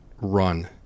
run